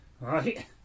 Right